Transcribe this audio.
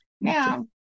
Now